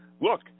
Look